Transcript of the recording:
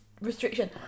restriction